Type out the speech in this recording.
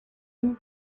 mises